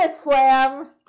Flam